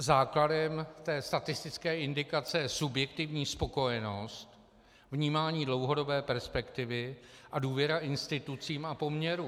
Základem té statistické indikace je subjektivní spokojenost, vnímání dlouhodobé perspektivy a důvěra k institucím a poměrům.